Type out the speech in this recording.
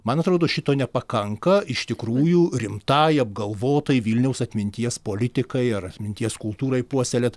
man atrodo šito nepakanka iš tikrųjų rimtai apgalvotai vilniaus atminties politikai ar atminties kultūrai puoselėt